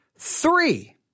Three